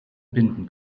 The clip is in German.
binden